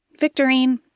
Victorine